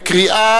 לקריאה